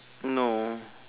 no